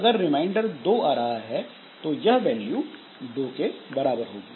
अगर रिमाइंडर 2 आ रहा है तो यह वैल्यू दो के बराबर होगी